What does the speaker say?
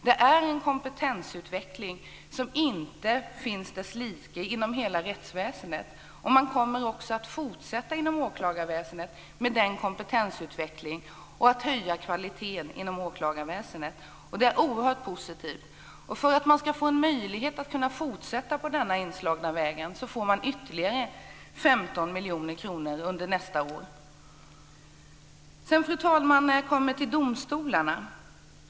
Det är en kompetensutveckling utan like inom hela rättsväsendet, och man kommer också att fortsätta med den kompetensutvecklingen och med att höja kvaliteten inom åklagarväsendet. Det är oerhört positivt. För att man ska få en möjlighet att fortsätta på den inslagna vägen får man ytterligare 15 miljoner kronor under nästa år. Fru talman! Sedan kommer jag till domstolarna.